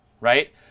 right